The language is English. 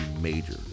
major